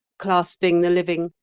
clasping the living,